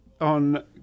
on